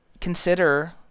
consider